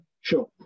Sure